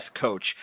coach